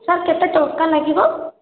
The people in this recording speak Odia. ସାର୍ କେତେ ଟଙ୍କା ଲାଗିବ